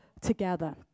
together